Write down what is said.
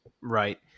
Right